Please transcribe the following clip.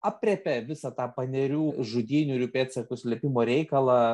aprėpė visą tą panerių žudynių ir jų pėdsakų slėpimo reikalą